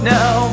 now